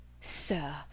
Sir